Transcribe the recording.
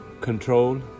control